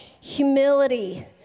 humility